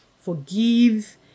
Forgive